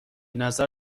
نظر